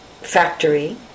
factory